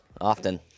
often